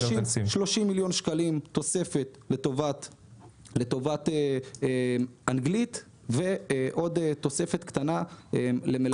30 מיליון שקלים תוספת לטובת אנגלית ועוד תוספת קטנה למלגות.